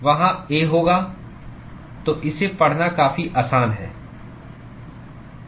वहां a होगा तो इसे पढ़ना काफी आसान है